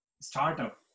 startup